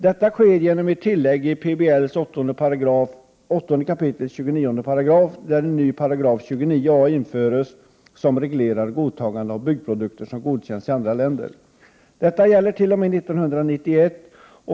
Detta sker genom ett tillägg till 8 kap. 29 § PBL, där en ny paragraf —29 a §-införs, som reglerar godtagandet av byggprodukter som godkänts i andra länder. Detta gäller t.o.m. 1991.